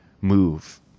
move